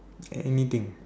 anything